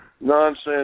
Nonsense